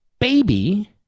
baby